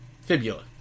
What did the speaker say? fibula